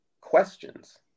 questions